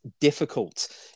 difficult